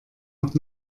noch